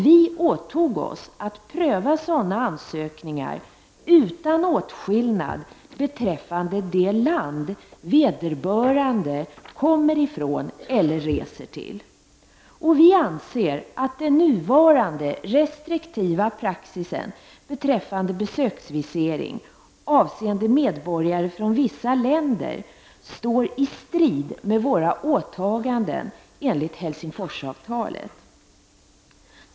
Vi åtog oss att pröva sådana ansökningar utan åtskillnad beträffande det land vederbörande kommer från eller reser till. Vi i vpk anser att den nuvarande restriktiva praxisen beträffande besöksvisering avseende medborgare från vissa länder står i strid med våra åtaganden enligt Helsingforsavtalet.